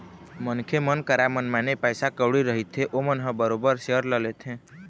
मनखे मन करा मनमाने पइसा कउड़ी रहिथे ओमन ह बरोबर सेयर ल लेथे